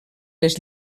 les